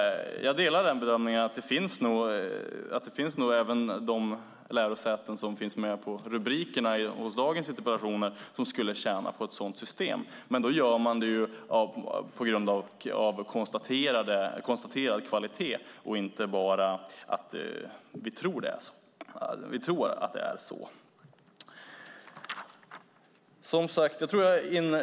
Jag delar bedömningen att det nog bland de lärosäten som finns med i rubrikerna i dagens interpellationer finns de som skulle tjäna på ett sådant system, men då gör man det på grund av konstaterad kvalitet och inte bara för att vi tror att det är så.